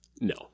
No